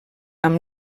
amb